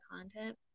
content